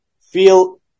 feel